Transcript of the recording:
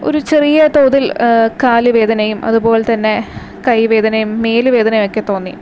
ഒരു ചെറിയ തോതിൽ കാലു വേദനയും അതുപോലെ തന്നെ കൈ വേദനയും മേലു വേദനയും ഒക്കെ തോന്നി